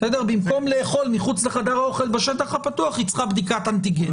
במקום לאכול מחוץ לחדר האוכל בשטח הפתוח היא צריכה בדיקת אנטיגן.